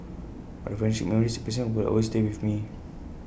but the friendships memories and experiences will always stay with me